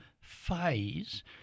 phase